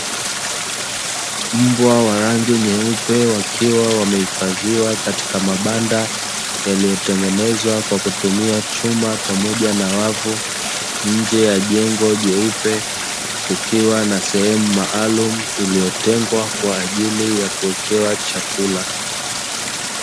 Mbwa wa rangi nyeupe wakiwa wamehifadhiwa katika mabanda yaliyotengenezwa kwa kutumia chuma pamoja na wavu, nje ya jengo jeupe kukiwa na sehemu maalumu iliyotengwa kwa ajili ya kuekewa chakula.